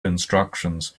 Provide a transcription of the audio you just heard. instructions